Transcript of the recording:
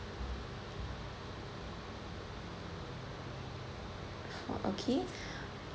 four okay